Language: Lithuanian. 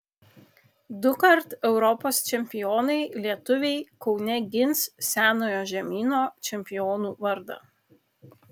dukart europos čempionai lietuviai kaune gins senojo žemyno čempionų vardą